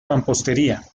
mampostería